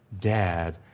dad